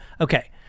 Okay